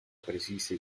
precisa